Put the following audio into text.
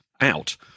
out